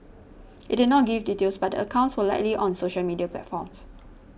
it did not give details but the accounts were likely on social media platforms